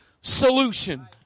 solution